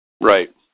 Right